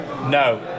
No